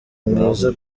mwiza